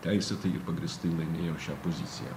teisėtai ir pagrįstai laimėjo šią poziciją